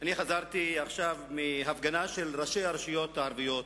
אני חזרתי עכשיו מהפגנה של ראשי הרשויות הערביות